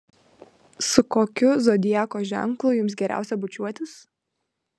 su kokiu zodiako ženklu jums geriausia bučiuotis